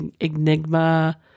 enigma